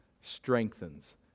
strengthens